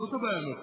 זו הבעיה המרכזית.